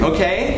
Okay